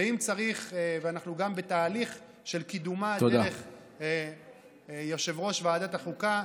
אנחנו גם בתהליך של קידומה דרך יושב-ראש ועדת החוקה,